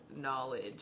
knowledge